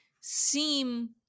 seem